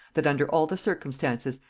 that, under all the circumstances,